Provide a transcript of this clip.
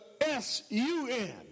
S-U-N